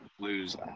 lose